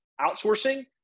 outsourcing